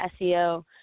SEO